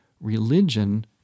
religion